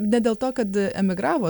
ne dėl to kad emigravo